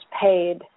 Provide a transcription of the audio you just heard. paid